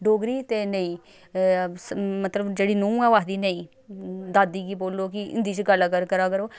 डोगरी ते नेईं मतलब जेह्ड़ी नूंह ऐ ओह् आखदी नेईं दादी गी बोलो कि हिंदी च गल्लो